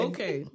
Okay